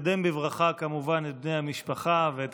נקדם בברכה כמובן את בני המשפחה ואת